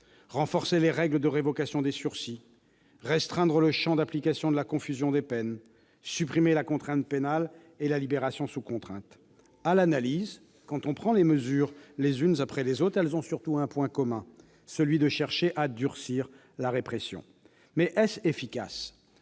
renforcer les règles de révocation des sursis ; de restreindre le champ d'application de la confusion de peines ; de supprimer la contrainte pénale et la libération sous contrainte. Toutes ces mesures, quand on les analyse les unes après les autres, ont pour point commun de chercher à durcir la répression. Est-ce efficace ?